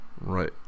Right